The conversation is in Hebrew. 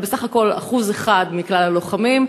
אבל הן בסך הכול 1% מכלל הלוחמים.